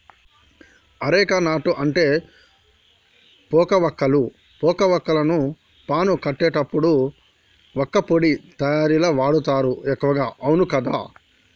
areca nut అంటే పోక వక్కలు, పోక వాక్కులను పాను కట్టేటప్పుడు వక్కపొడి తయారీల వాడుతారు ఎక్కువగా అవును కదా